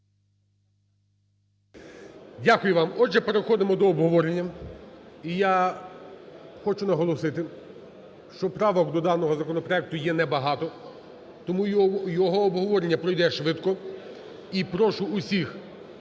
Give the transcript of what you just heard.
Дякую вам. Отже, переходимо до обговорення. І я хочу наголосити, що правок до даного законопроекту є небагато, тому йому обговорення пройде швидко. І прошу всіх